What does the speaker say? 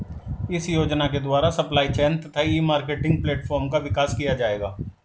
इस योजना के द्वारा सप्लाई चेन तथा ई मार्केटिंग प्लेटफार्म का विकास किया जाएगा